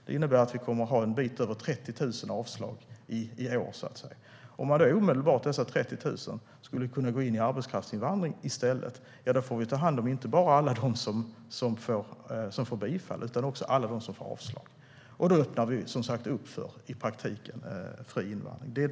Det innebär att det kommer att bli lite över 30 000 avslag i år. Om dessa 30 000 omedelbart skulle kunna gå över i arbetskraftsinvandring i stället får vi ta hand om inte bara dem som får bifall utan också alla som får avslag. Då öppnar vi som sagt för fri invandring i praktiken.